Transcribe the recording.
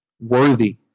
worthy